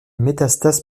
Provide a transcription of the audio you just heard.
métastases